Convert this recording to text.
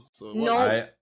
No